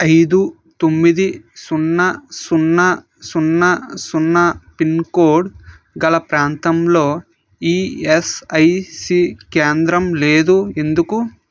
ఐదు తొమ్మిది సున్నా సున్నా సున్నా సున్నా పిన్ కోడ్ గల ప్రాంతంలో ఈఎస్ఐసి కేంద్రం లేదు ఎందుకు